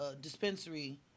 dispensary